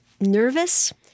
nervous